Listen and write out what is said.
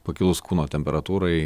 pakilus kūno temperatūrai